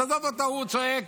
תעזוב אותו, הוא צועק.